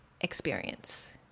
experience